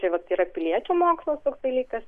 čia vat yra piliečių mokslas toks dalykas